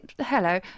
Hello